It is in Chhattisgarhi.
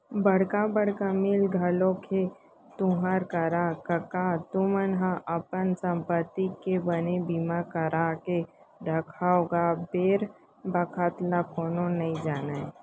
बड़का बड़का मील घलोक हे तुँहर करा कका तुमन ह अपन संपत्ति के बने बीमा करा के रखव गा बेर बखत ल कोनो नइ जानय